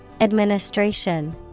Administration